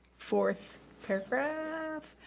fourth paragraph.